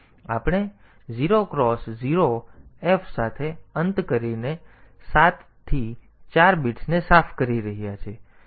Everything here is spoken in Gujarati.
હવે આપણે 0 x 0 f સાથે અંત કરીને સાતથી ચાર બિટ્સને સાફ કરી રહ્યા છીએ